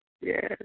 Yes